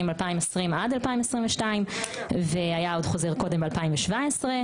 2020 עד 2022. והיה עוד קודם חוזר ב-2017,